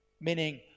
Meaning